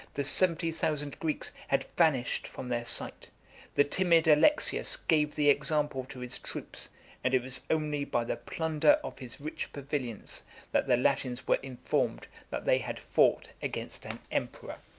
the seventy thousand greeks had vanished from their sight the timid alexius gave the example to his troops and it was only by the plunder of his rich pavilions that the latins were informed that they had fought against an emperor.